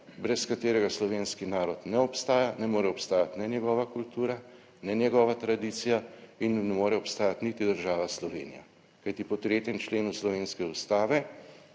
brez katerega slovenski narod ne obstaja, ne more obstajati ne njegova kultura, ne njegova tradicija in ne more obstajati niti država Slovenija, kajti po 3. členu slovenske Ustave